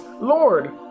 Lord